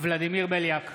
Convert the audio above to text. ולדימיר בליאק,